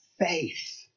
faith